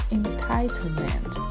entitlement